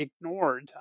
ignored